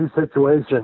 situation